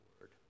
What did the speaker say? word